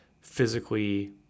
physically